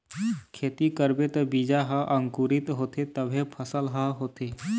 खेती करबे त बीजा ह अंकुरित होथे तभे फसल ह होथे